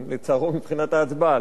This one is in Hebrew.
לצערו מבחינת ההצבעה,